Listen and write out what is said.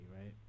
right